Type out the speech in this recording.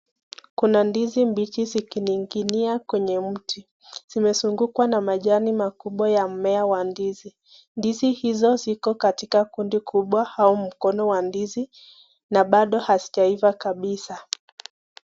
Kuna ndizi mbichi zikining'inia kwenye mti. Zimezungukwa na majani makubwa ya mmea wa ndizi. Ndizi hizo ziko katika kundi kubwa au mkono wa ndizi na bado hazijaiva kabisa.